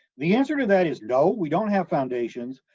the answer to that is no, we don't have foundations,